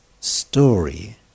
story